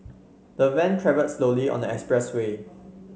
the van travelled slowly on the expressway